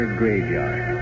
graveyard